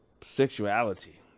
sexuality